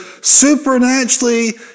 supernaturally